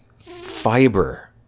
fiber